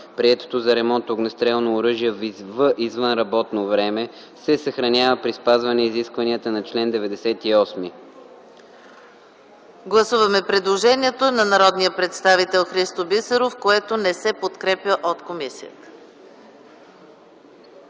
Приетото за ремонт огнестрелно оръжие в извънработно време се съхранява при спазване изискванията на чл. 98.” ПРЕДСЕДАТЕЛ ЕКАТЕРИНА МИХАЙЛОВА: Гласуваме предложението на народния представител Христо Бисеров, което не се подкрепя от комисията.